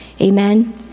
Amen